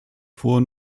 vor